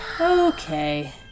Okay